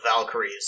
Valkyries